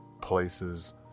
places